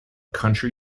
country